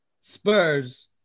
Spurs